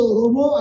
romo